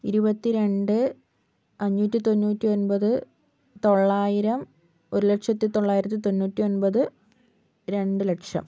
ഇരുപത്തിരണ്ട് അഞ്ഞൂറ്റി തൊണ്ണൂറ്റി ഒൻപത് തൊള്ളായിരം ഒരു ലക്ഷത്തിത്തൊള്ളായിരത്തി തൊണ്ണൂറ്റി ഒൻപത് രണ്ടു ലക്ഷം